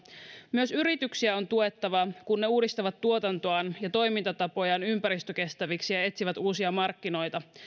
myös yrityksiä on tuettava kun ne uudistavat tuotantoaan ja toimintatapojaan ympäristökestäviksi ja etsivät uusia markkinoita